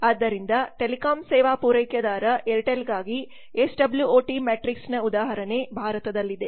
ಆದ್ದರಿಂದ ಟೆಲಿಕಾಂ ಸೇವಾ ಪೂರೈಕೆದಾರ ಏರ್ಟೆಲ್ಗಾಗಿ S W O T matrix ನ ಉದಾಹರಣೆ ಭಾರತದಲ್ಲಿದೆ